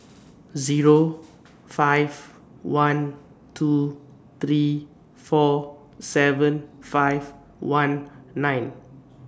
Zero five one two three four seven five one nine